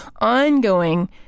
ongoing